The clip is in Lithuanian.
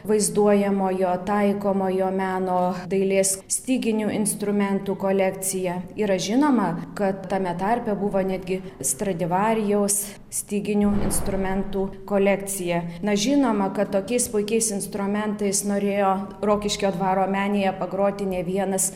vaizduojamojo taikomojo meno dailės styginių instrumentų kolekcija yra žinoma kad tame tarpe buvo netgi stradivarijaus styginių instrumentų kolekcija na žinoma kad tokiais puikiais instrumentais norėjo rokiškio dvaro menėje pagroti ne vienas